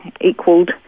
equaled